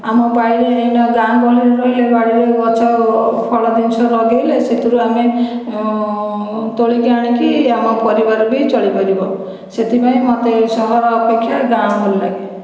ଆମ ବାଡ଼ିରେ ଏଇନା ଗାଁ ଗହଳିରେ ରହିଲେ ବାଡ଼ିରେ ଗଛ ଫଳ ଜିନିଷ ଲଗାଇଲେ ସେଥିରୁ ଆମେ ତୋଳିକି ଆଣିକି ଆମ ପରିବାର ବି ଚଳିପାରିବ ସେଥିପାଇଁ ମୋତେ ସହର ଅପେକ୍ଷା ଗାଁ ଭଲ ଲାଗେ